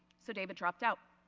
so david dropped out.